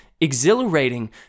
exhilarating